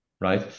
right